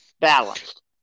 balanced